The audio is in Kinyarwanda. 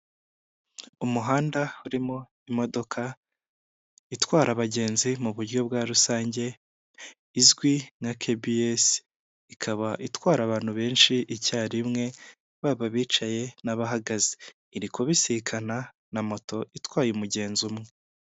Umuhanda urimo imodoka itwara abagenzi muburyo bwa rusange izwi nka KBS , ikaba itwara abantu benshi icyarimwe baba bicaye n'abahagaze iri kubisikana na moto itwaye umugenzi umwe.